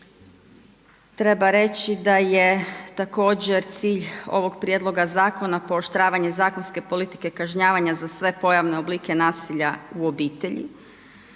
treba reći da je također cilj ovog prijedloga zakona pooštravanje zakonske politike kažnjavanja za sve pojavne oblike nasilja u obitelji.